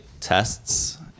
tests